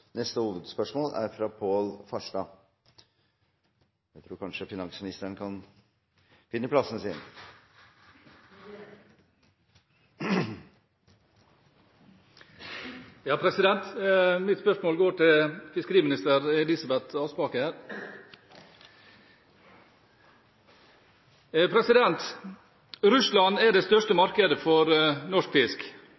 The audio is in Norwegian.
neste hovedspørsmål. Mitt spørsmål går til fiskeriminister Elisabeth Aspaker. Russland er det største